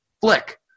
Flick